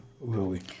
Lily